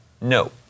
No